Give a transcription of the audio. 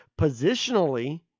positionally